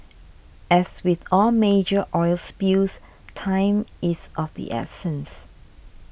as with all major oil spills time is of the essence